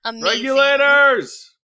Regulators